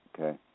okay